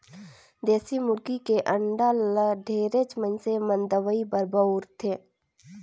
देसी मुरगी के अंडा ल ढेरेच मइनसे मन दवई बर बउरथे